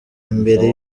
imbere